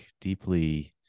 deeply